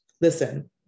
Listen